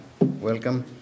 Welcome